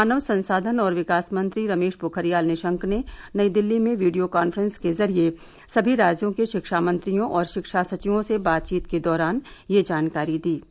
मानव संसाधन और विकास मंत्री रमेश पोखरियाल निशंक ने नई दिल्ली में वीडियो कान्फ्रेंस के जरिए समी राज्यों के शिक्षा मंत्रियों और शिक्षा सचिवों से बातचीत के दौरान यह जानकारी प्रदान की